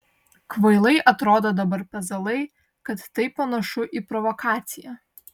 kvailai atrodo dabar pezalai kad tai panašu į provokaciją